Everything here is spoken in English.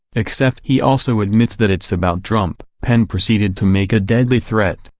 except he also admits that it's about trump. penn proceeded to make a deadly threat,